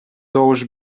добуш